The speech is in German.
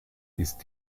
ist